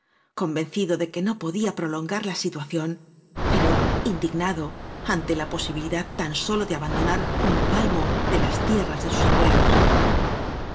convencido de que no podía prolongar la situación pero in dignado ante la posibilidad tan sólo de aban donar un palmo de las tierras de sus abuelos